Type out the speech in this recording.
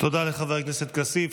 תודה לחבר הכנסת כסיף.